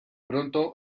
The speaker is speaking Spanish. pronto